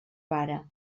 pare